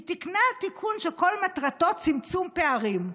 היא תיקנה תיקון שכל מטרתו צמצום פערים.